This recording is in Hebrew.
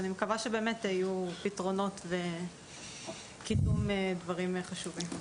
ואני מקווה שבאמת יהיו פתרונות וקידום דברים חשובים.